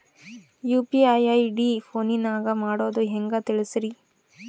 UPI ID ಫೋನಿನಾಗ ಮಾಡೋದು ಹೆಂಗ ತಿಳಿಸ್ರಿ?